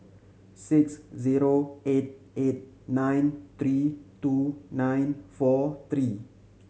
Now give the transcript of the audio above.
six zero eight eight nine three two nine four three